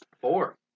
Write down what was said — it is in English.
Four